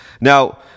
Now